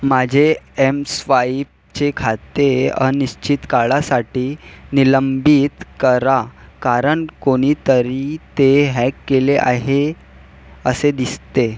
माझे एमस्वाईपचे खाते अनिश्चित काळासाठी निलंबित करा कारण कोणीतरी ते हॅक केले आहे असे दिसते